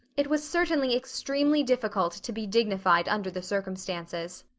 it was certainly extremely difficult to be dignified under the circumstances!